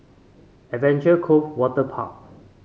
Adventure Cove Waterpark